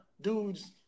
dudes